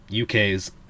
uk's